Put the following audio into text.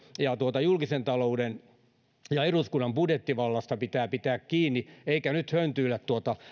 ja julkisen talouden kehyksestä ja eduskunnan budjettivallasta pitää pitää kiinni eikä nyt höntyillä